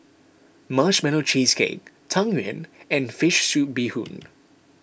Marshmallow Cheesecake Tang Yuen and Fish Soup Bee Hoon